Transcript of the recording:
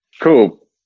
Cool